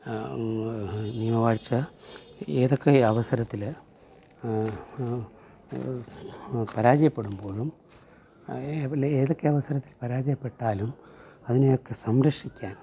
നിയമവാഴ്ച്ച ഏതൊക്കെ അവസരത്തിൽ പരാജയപ്പെടുമ്പോഴും ഏതൊക്കെ അവസരത്തിൽ പരാജയപ്പെട്ടാലും അതിനെയൊക്കെ സംരക്ഷിക്കാൻ